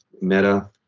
meta